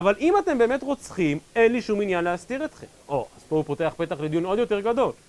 אבל אם אתם באמת רוצחים, אין לי שום עניין להסתיר אתכם. או, אז פה הוא פותח פתח לדיון עוד יותר גדול.